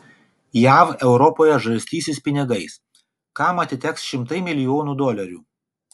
jav europoje žarstysis pinigais kam atiteks šimtai milijonų dolerių